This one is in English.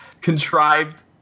contrived